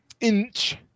Inch